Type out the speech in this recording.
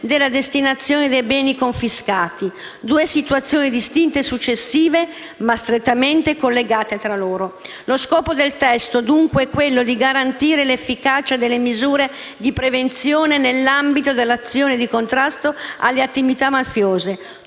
della destinazione dei beni confiscati. Due situazioni distinte e successive, ma strettamente collegate tra loro. Lo scopo del testo, dunque, è quello di garantire l'efficacia delle misure di prevenzione nell'ambito dell'azione di contrasto alle attività mafiose,